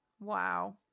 Wow